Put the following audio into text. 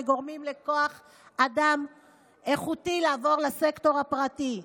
שגורמים לכוח אדם איכותי לעבור לסקטור הפרטי.